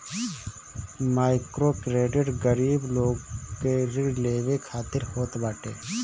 microcredit गरीब लोग के ऋण लेवे खातिर होत बाटे